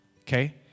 okay